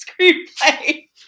screenplay